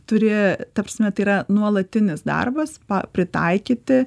turi ta prasme tai yra nuolatinis darbas pritaikyti